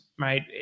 right